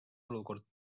olukord